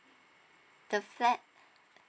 the flat